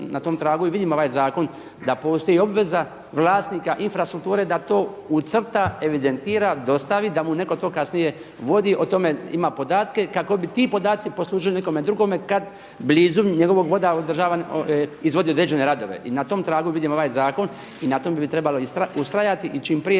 na tom tragu i vidim ovaj zakon da postoji obveza vlasnika infrastrukture da to ucrta, evidentira, dostavi, da mu netko to kasnije vodi, o tome ima podatke kako bi ti podaci poslužili nekome drugome kad blizu njegovog voda izvodi određene radove. I na tom tragu vidim ovaj zakon i na tom bi trebalo ustrajati i čim prije